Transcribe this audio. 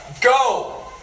Go